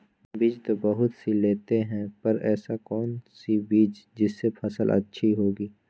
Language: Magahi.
बीज तो बहुत सी लेते हैं पर ऐसी कौन सी बिज जिससे फसल अच्छी होगी?